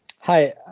Hi